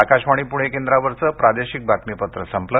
आकाशवाणी पुणे केंद्रावरचं प्रादेशिक बातमीपत्र संपलं